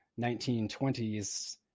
1920s